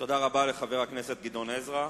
תודה רבה לחבר הכנסת גדעון עזרא.